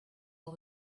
all